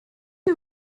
que